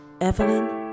Evelyn